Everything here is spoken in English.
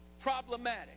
problematic